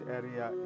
area